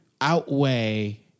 outweigh